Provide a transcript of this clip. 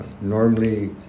normally